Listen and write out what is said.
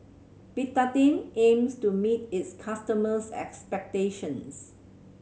Betadine aims to meet its customers' expectations